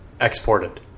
exported